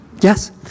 Yes